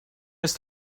ist